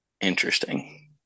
interesting